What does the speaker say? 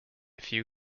few